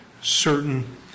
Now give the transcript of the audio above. certain